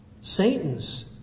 Satan's